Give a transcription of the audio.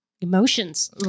emotions